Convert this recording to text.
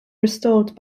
restored